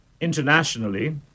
Internationally